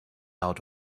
out